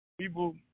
people